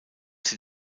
sie